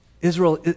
Israel